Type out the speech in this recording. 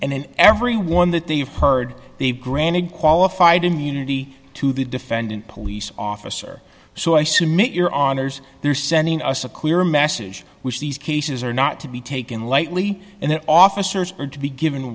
in every one that you've heard they granted qualified immunity to the defendant police officer so i submit your honors they're sending us a clear message which these cases are not to be taken lightly and that officers are to be given